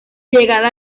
llegada